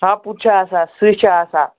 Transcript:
ہاپُت چھِ آساں سٕہہ چھِ آسان